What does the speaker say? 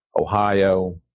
Ohio